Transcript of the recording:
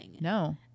No